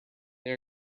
they